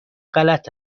غلط